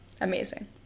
amazing